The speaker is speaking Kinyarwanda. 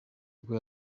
bwo